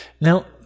Now